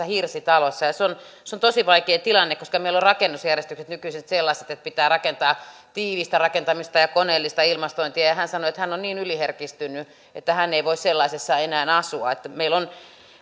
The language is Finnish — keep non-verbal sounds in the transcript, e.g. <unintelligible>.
<unintelligible> hirsitalossa se on tosi vaikea tilanne koska meillä on rakennusjärjestykset nykyisin sellaiset että pitää rakentaa tiivistä rakentamista ja koneellista ilmastointia ja hän sanoi että hän on niin yliherkistynyt että hän ei voi sellaisessa enää asua meillä on